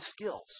skills